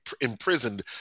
imprisoned